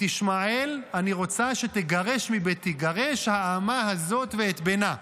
את ישמעאל אני רוצה שתגרש מביתי: "גרש האמה הזאת ואת בנה".